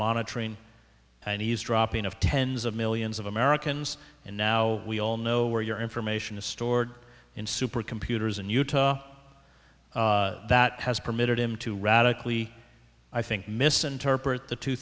monitoring and eavesdropping of tens of millions of americans and now we all know where your information is stored in supercomputers in utah that has permitted him to radically i think misinterpret the two